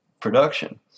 production